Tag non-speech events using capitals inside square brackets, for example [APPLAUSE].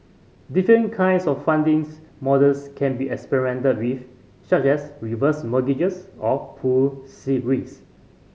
different kinds of funding [UNINTELLIGIBLE] models can be experimented with such as reverse mortgages or pooled see risk